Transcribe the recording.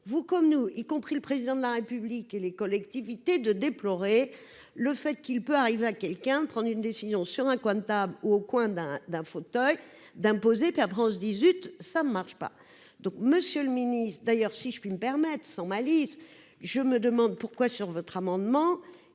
vous comme nous, y compris le président de la République et les collectivités de déplorer le fait qu'il peut arriver à quelqu'un, prendre une décision sur un coin de table ou au coin d'un d'un fauteuil d'imposer dit zut, ça marche pas, donc Monsieur le Ministre, d'ailleurs, si je puis me permettre sans malice : je me demande pourquoi sur votre amendement,